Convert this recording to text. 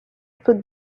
put